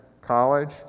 college